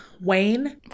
Wayne